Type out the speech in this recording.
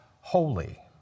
holy